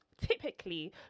typically